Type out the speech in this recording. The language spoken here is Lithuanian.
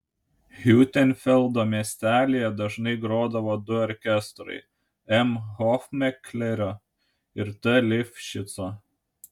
hiutenfeldo miestelyje dažnai grodavo du orkestrai m hofmeklerio ir t lifšico